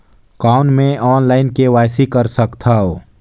कौन मैं online KYC कर सकथव?